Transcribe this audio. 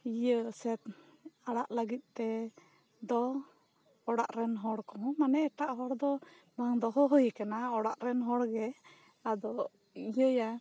ᱤᱭᱟᱹ ᱥᱮᱫ ᱟᱲᱟᱜ ᱞᱟ ᱜᱤᱫ ᱛᱮ ᱫᱚ ᱚᱲᱟᱜ ᱨᱮᱱ ᱦᱚᱲ ᱠᱚᱦᱚ ᱢᱟᱱᱮ ᱮᱴᱟᱜ ᱦᱚᱲ ᱫᱚ ᱵᱟᱝ ᱫᱚᱦᱚ ᱦᱩᱭᱩ ᱠᱟᱱᱟ ᱚᱲᱟᱜ ᱨᱮᱱ ᱦᱚᱲ ᱜᱮ ᱟᱫᱚ ᱤᱭᱟᱹ ᱭᱟ